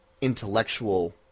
intellectual